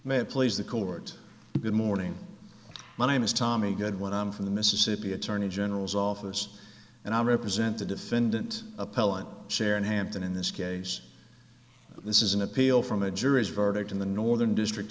it please the court good morning my name is tommy good one i'm from the mississippi attorney general's office and i represent the defendant appellant sharon hampton in this case this is an appeal from a jury's verdict in the northern district